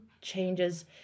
changes